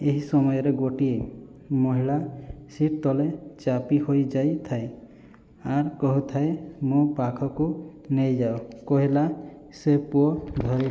ଏହି ସମୟରେ ଗୋଟିଏ ମହିଳା ସିଟ୍ ତଳେ ଚାପି ହୋଇଯାଇଥାଏ ଆର୍ କହୁଥାଏ ମୋ' ପାଖକୁ ନେଇଯାଅ କହିଲା ସେ ପୁଅ ଧରିଲା